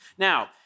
Now